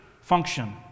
function